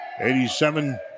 87